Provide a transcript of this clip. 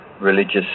religious